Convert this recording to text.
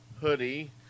hoodie